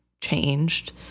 changed